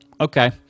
okay